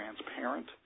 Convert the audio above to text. transparent